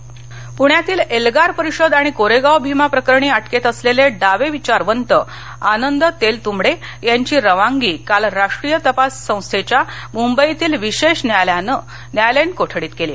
तेलतंवडे पुण्यातील एल्गार परिषद आणि कोरेगाव भिमा प्रकरणी अटकेत असलेले डावे विचारवंत आनंद तेलतुंबडे यांची रवानगी काल राष्ट्रीय तपास संस्थेच्या मुंबईतील विशेष न्यायालयानं न्यायालयीन कोठडीत केली